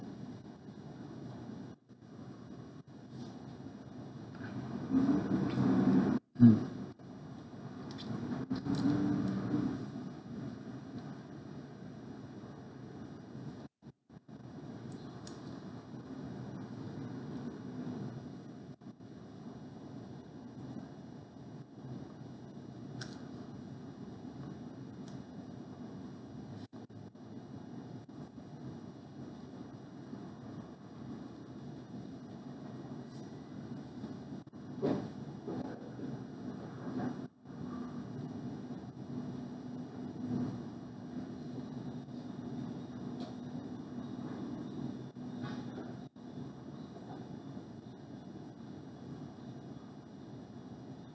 mm